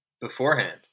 beforehand